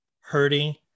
hurting